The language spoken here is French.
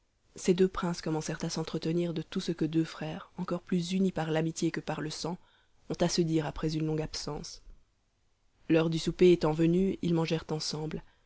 ces deux princes commencèrent à s'entretenir de tout ce que deux frères encore plus unis par l'amitié que par le sang ont à se dire après une longue absence l'heure du souper étant venue ils mangèrent ensemble